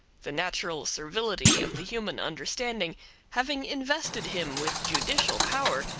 the natural servility of the human understanding having invested him with judicial power,